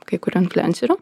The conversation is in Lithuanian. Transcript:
kai kurių influencerių